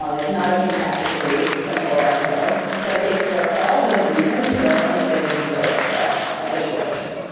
um it's not as syntactically simple as go. so i think for for all of those reasons, go has been great for us at digitalocean.